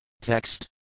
Text